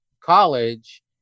college